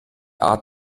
art